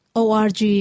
org